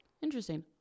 Interesting